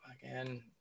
Again